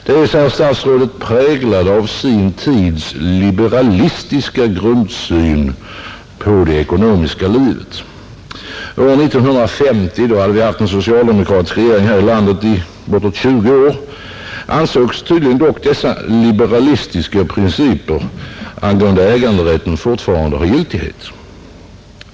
De är, säger statsrådet, präglade av sin tids liberalistiska grundsyn på det ekonomiska livet. År 1950, då vi haft en socialdemokratisk regering i bortåt 20 år, ansågs tydligen dessa liberalistiska principer angående äganderätten fortfarande ha giltighet.